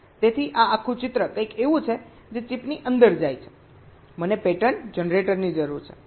તેથી આ આખું ચિત્ર કંઈક એવું છે જે ચિપની અંદર જાય છે મને પેટર્ન જનરેટર ની જરૂર છે